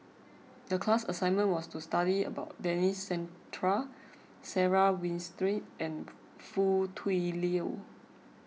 the class assignment was to study about Denis Santry Sarah Winstedt and Foo Tui Liew